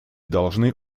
должны